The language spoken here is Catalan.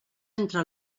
entre